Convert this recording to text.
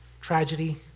tragedy